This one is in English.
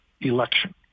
election